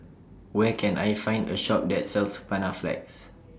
Where Can I Find A Shop that sells Panaflex